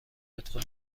لطفا